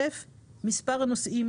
מספר הנוסעים